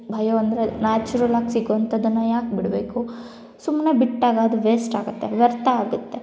bio ಅಂದರೆ ನ್ಯಾಚುರಲ್ಲಾಗಿ ಸಿಗೋವಂಥದನ್ನು ಯಾಕೆ ಬಿಡಬೇಕು ಸುಮ್ನೆ ಬಿಟ್ಟಾಗ ಅದು ವೇಸ್ಟಾಗುತ್ತೆ ವ್ಯರ್ಥ ಆಗುತ್ತೆ